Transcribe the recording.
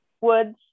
Woods